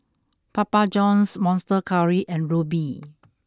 Papa Johns Monster Curry and Rubi